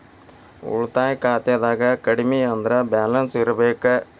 ಉಳಿತಾಯ ಖಾತೆದಾಗ ಕಡಮಿ ಅಂದ್ರ ಬ್ಯಾಲೆನ್ಸ್ ಇರ್ಬೆಕ್